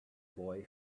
boy